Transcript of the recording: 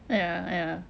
ya ya